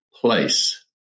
place